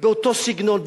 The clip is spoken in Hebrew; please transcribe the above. באותו סגנון,